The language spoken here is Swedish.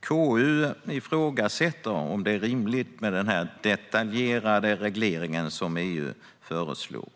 KU ifrågasätter om det är rimligt med den här detaljerade regleringen som EU föreslår.